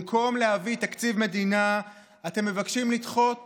במקום להביא תקציב מדינה אתם מבקשים לדחות